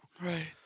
Right